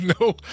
no